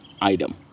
item